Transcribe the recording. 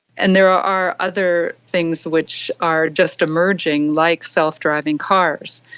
and there are other things which are just emerging, like self-driving cars.